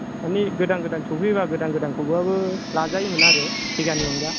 मानि गोदान गोदान सौफैयोब्ला गोदानखौब्लाबो लाजायोमोन आरो सेगानि अनगा